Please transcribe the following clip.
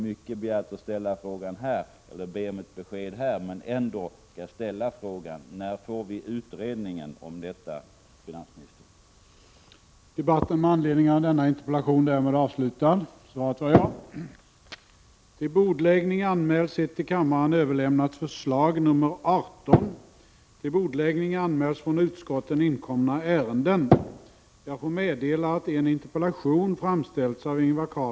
Det kanske är väl mycket begärt att be om ett besked här, men jag vill ändå ställa frågan: När får vi utredningen om detta, finansministern?